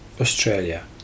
Australia